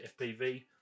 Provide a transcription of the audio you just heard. FPV